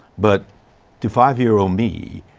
but to five-year-old me,